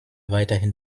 weiterhin